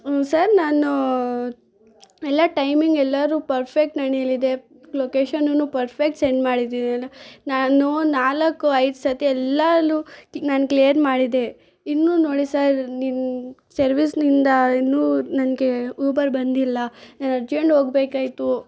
ಹ್ಞೂ ಸರ್ ನಾನು ಎಲ್ಲ ಟೈಮಿಂಗ್ ಎಲ್ಲರು ಪರ್ಫೆಕ್ಟ್ ನಾನು ಹೇಳಿದ್ದೆ ಲೊಕೇಶನುನು ಪರ್ಫೆಕ್ಟ್ ಸೆಂಡ್ ಮಾಡಿದ್ದೀನಿ ಅಲ್ಲ ನಾನು ನಾಲ್ಕು ಐದು ಸತಿ ಎಲ್ಲಾನು ಕ್ಲಿ ನಾನು ಕ್ಲಿಯರ್ ಮಾಡಿದೆ ಇನ್ನೂ ನೋಡಿ ಸರ್ ನಿಮ್ಮ ಸರ್ವಿಸ್ನಿಂದ ಇನ್ನೂ ನನಗೆ ಉಬರ್ ಬಂದಿಲ್ಲ ನಾನು ಅರ್ಜೆಂಟ್ ಹೋಗ್ಬೇಕಾಯ್ತು